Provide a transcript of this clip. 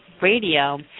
Radio